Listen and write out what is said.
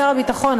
שר הביטחון,